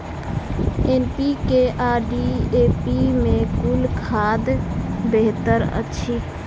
NPK आ DAP मे कुन खाद बेहतर अछि?